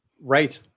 Right